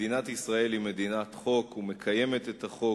מדינת ישראל היא מדינת חוק ומקיימת את החוק,